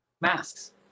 masks